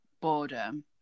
boredom